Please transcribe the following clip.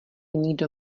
nikdo